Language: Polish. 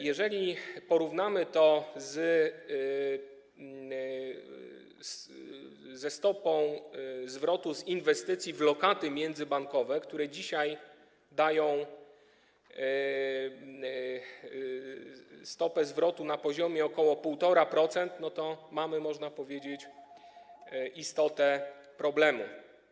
Jeżeli porównamy to ze stopą zwrotu z inwestycji w lokaty międzybankowe - które dzisiaj dają stopę zwrotu na poziomie ok. 1,5% - to mamy, można powiedzieć, istotę problemu.